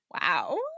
Wow